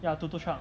ya tuk tuk cha